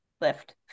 lift